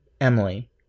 emily